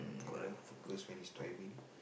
you know focus when he is driving